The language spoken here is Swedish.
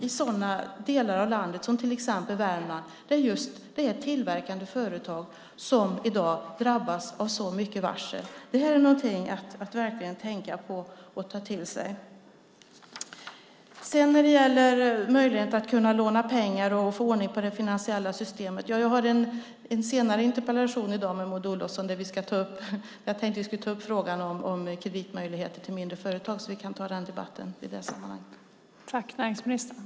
I sådana delar av landet som till exempel Värmland är det tillverkande företag som i dag drabbas av så mycket varsel. Det är verkligen något att tänka på och ta till sig. När det gäller möjlighet att kunna låna pengar och få ordning på det finansiella systemet har jag en senare interpellationsdebatt i dag med Maud Olofsson. Jag tänkte vi skulle ta upp frågan om kreditmöjligheter för mindre företag. Vi kan ta den debatten i det sammanhanget.